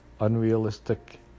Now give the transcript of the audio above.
unrealistic